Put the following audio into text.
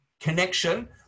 connection